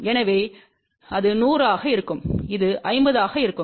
எனவே அது 100 ஆக இருக்கும் இது 50 ஆக இருக்கும்